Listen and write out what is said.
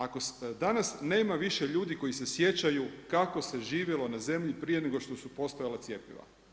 Ako danas nema više ljudi koji se sjećaju kako se živjelo na zemlji prije nego što su postojala cjepiva.